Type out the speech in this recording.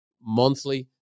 monthly